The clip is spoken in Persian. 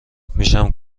میشم